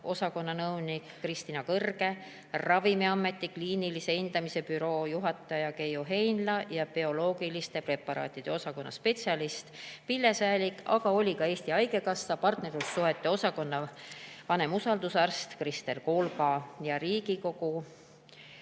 ravimiosakonna nõunik Kristina Kõrge, Ravimiameti kliinilise hindamise büroo juhataja Keiu Heinla ja bioloogiliste preparaatide osakonna spetsialist Pille Säälik, aga kohal oli ka Eesti Haigekassa partnersuhtluse osakonna vanemusaldusarst Kristel Kolga ning Riigikogu